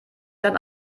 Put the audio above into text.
dann